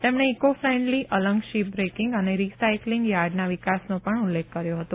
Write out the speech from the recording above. તેમણે eco friendly Alang ship breaking અને recycling યાર્ડના વિકાસનો પણ ઉલ્લેખ કર્યો હતો